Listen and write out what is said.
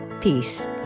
peace